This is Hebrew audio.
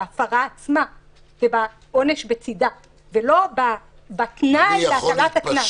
בהפרה עצמה ובעונש בצידה ולא בתנאי להטלת הקנס.